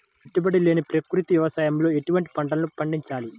పెట్టుబడి లేని ప్రకృతి వ్యవసాయంలో ఎటువంటి పంటలు పండించాలి?